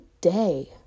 day